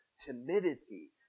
timidity